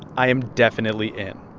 i am definitely in.